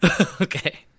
Okay